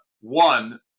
one